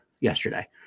yesterday